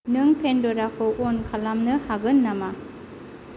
नों पेनद'राखौ अन खालामनो हागोन नामा